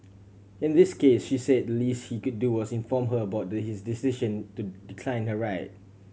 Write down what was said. in this case she said the least he could do was inform her about his decision to decline her ride